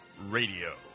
Radio